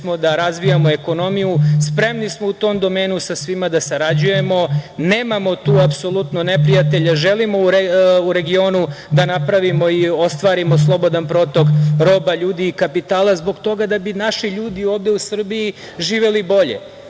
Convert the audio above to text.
da razvijamo ekonomiju, spremni smo u tom domenu sa svim da sarađujemo, nemamo tu apsolutno neprijatelje, želimo u regionu da napravimo i ostvarimo slobodan protok roba, ljudi i kapitala zbog toga da bi naši ljudi ovde u Srbiji živeli bolje,